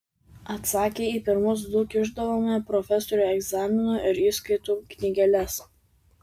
atsakę į pirmus du kišdavome profesoriui egzaminų ir įskaitų knygeles